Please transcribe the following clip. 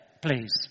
Please